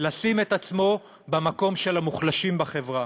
לשים את עצמו במקום של המוחלשים בחברה,